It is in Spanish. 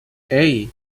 hey